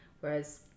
Whereas